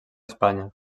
espanya